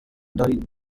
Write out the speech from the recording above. doyle